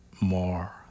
More